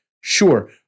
Sure